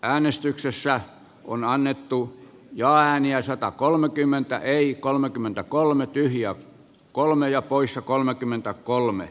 äänestyksessä on annettu ja ääniä satakolmekymmentä eli kolmekymmentäkolme risto kalliorinne katja hännisen kannattamana